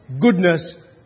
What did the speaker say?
goodness